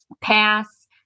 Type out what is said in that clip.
pass